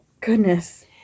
Goodness